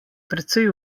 precej